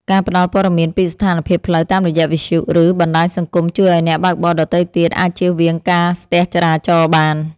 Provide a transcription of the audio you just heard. ការផ្ដល់ព័ត៌មានពីស្ថានភាពផ្លូវតាមរយៈវិទ្យុ ឬបណ្ដាញសង្គមជួយឱ្យអ្នកបើកបរដទៃទៀតអាចជៀសវាងការស្ទះចរាចរណ៍បាន។